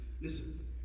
Listen